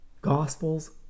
Gospels